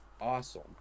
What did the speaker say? awesome